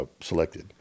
selected